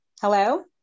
Hello